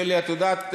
שלי, את יודעת?